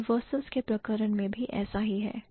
Universals के प्रकरण में भी ऐसा ही है